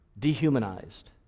Dehumanized